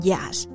Yes